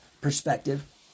perspective